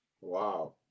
Wow